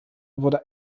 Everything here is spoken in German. wurde